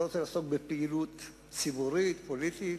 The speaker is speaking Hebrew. לא רוצה לעסוק בפעילות ציבורית, פוליטית,